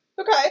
Okay